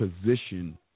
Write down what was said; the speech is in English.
position